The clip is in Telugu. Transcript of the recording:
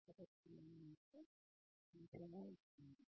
కాబట్టి నేను మీకు సూచన ఇచ్చాను